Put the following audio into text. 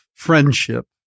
Friendship